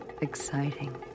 exciting